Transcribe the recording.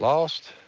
lost?